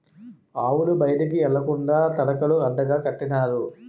ఆవులు బయటికి ఎల్లకండా తడకలు అడ్డగా కట్టినారు